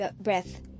breath